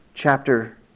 Chapter